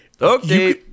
Okay